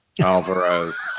Alvarez